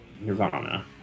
Nirvana